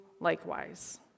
likewise